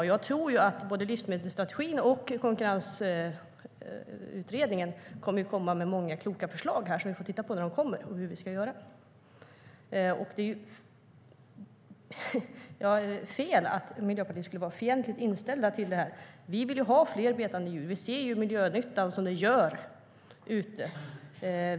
Det är fel att Miljöpartiet skulle vara fientligt inställt till det här. Vi vill ha fler betande djur. Vi ser miljönyttan som de gör.